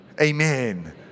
Amen